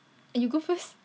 eh you go first